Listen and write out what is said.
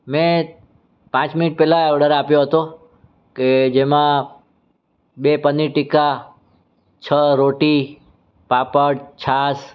મેં પાંચ મિનિટ પહેલાં ઓર્ડર આપ્યો હતો કે જેમાં બે પનીર ટિક્કા છ રોટી પાપડ છાસ